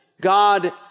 God